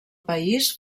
país